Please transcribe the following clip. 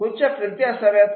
खुर्च्या फिरत्या असाव्यात